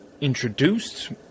introduced